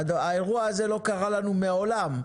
האירוע הזה לא קרה לנו מעולם,